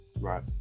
Right